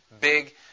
big